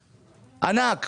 ענק.